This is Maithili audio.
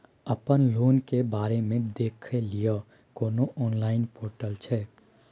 अपन लोन के बारे मे देखै लय कोनो ऑनलाइन र्पोटल छै?